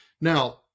Now